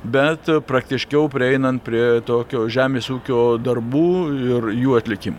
bet praktiškiau prieinant prie tokio žemės ūkio darbų ir jų atlikimo